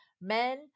men